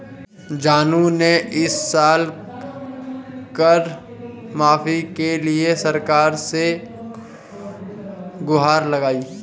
जानू ने इस साल कर माफी के लिए सरकार से गुहार लगाई